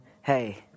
hey